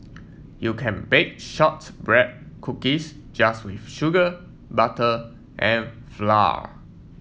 you can bake shortbread cookies just with sugar butter and flour